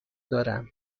دارم